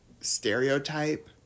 stereotype